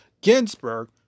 Ginsburg